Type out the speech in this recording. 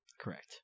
correct